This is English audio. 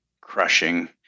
crushing